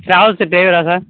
travels டிரைவரா sir